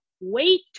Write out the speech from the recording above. Wait